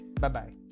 Bye-bye